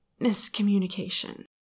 miscommunication